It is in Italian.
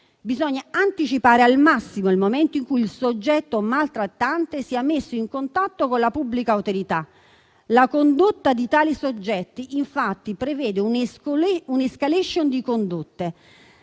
Bisogna anticipare al massimo il momento in cui il soggetto maltrattante sia messo in contatto con la pubblica autorità. La condotta di tali soggetti, infatti, prevede un'*escalation* di condotte: